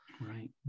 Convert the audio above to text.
Right